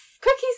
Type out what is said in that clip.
cookies